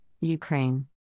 Ukraine